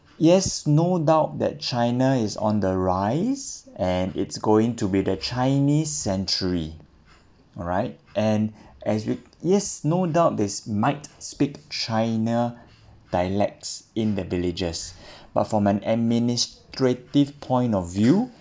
yes no doubt that china is on the rise and it's going to be the chinese sanctuary alright and as yo~ yes no doubt this might speak china dialects in the villages but from an administrative point of view